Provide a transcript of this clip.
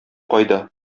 кайда